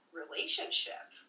relationship